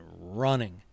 running